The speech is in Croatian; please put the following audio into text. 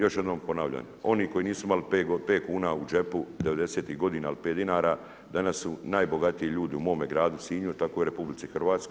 Još jednom ponavljam, oni koji nisu imali 5 kuna u džepu 90-ih godina ili 5 dinara, danas su najbogatiji ljudi u mome gradu Sinju tako i u RH.